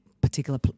particular